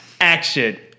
action